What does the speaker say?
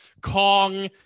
Kong